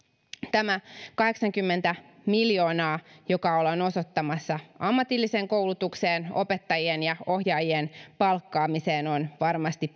tämä kahdeksankymmentä miljoonaa joka ollaan osoittamassa ammatilliseen koulutukseen opettajien ja ohjaajien palkkaamiseen on varmasti